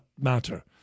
matter